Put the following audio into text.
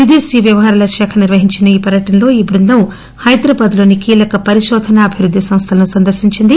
విదేశ వ్యవహారాల శాఖ నిర్వహిస్తున్న ఈ పర్యటనలో ఈ బృందం హైదరాబాద్ లోని కీలక పరికోధన అభివృద్ది సంస్థలను సందర్శించింది